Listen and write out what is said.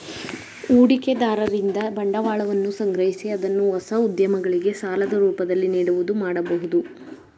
ಹೂಡಿಕೆದಾರರಿಂದ ಬಂಡವಾಳವನ್ನು ಸಂಗ್ರಹಿಸಿ ಅದನ್ನು ಹೊಸ ಉದ್ಯಮಗಳಿಗೆ ಸಾಲದ ರೂಪದಲ್ಲಿ ನೀಡುವುದು ಮಾಡಬಹುದು